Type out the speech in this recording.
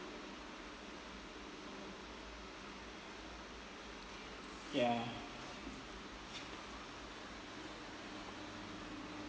ya